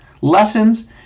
lessons